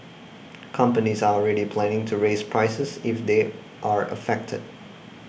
companies are already planning to raise prices if they are affected